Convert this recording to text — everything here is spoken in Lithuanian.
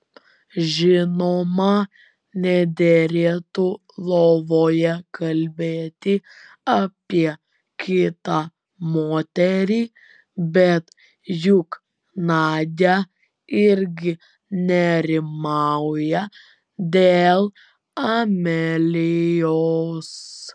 žinoma nederėtų lovoje kalbėti apie kitą moterį bet juk nadia irgi nerimauja dėl amelijos